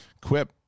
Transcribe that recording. Quip